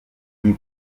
nti